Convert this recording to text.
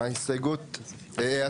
הצבעה בעד 4 נמנעים 2 אושר.